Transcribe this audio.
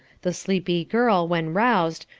the sleepy girl, when roused,